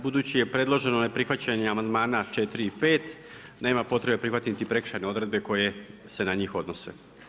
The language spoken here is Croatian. Budući je predloženo neprihvaćanje amandmana 4. i 5. nema potrebe prihvatiti niti prekršajne odredbe koje se na njih odnose.